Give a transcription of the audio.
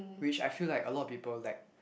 which I feel like a lot of people lack